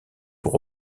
pour